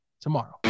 tomorrow